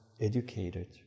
educated